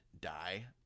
die